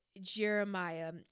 Jeremiah